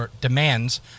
demands